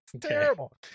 terrible